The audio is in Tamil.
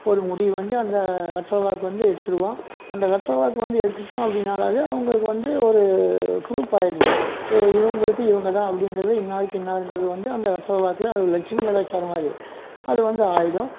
ஒரு முடிவு பண்ணி அந்த வெத்தலை பாக்கு வந்து எடுத்துட்டோம் அந்த வெத்தலை பாக்கு வந்து எடுத்துட்டோம் அப்படினாவே அவங்களுக்கு வந்து ஒரு ப்ரூஃப் ஆகிடுது இவங்களுக்கு இவங்கதா அப்படிங்றது இன்னாருக்கு இன்னார்ங்கிறது வந்து அந்த வெத்தலை பாக்கில் லக்ஷ்மி கடாச்சாரம் மாதிரி அது வந்து ஆகிடும்